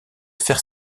faire